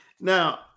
Now